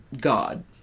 god